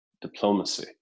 diplomacy